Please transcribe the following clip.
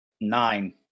nine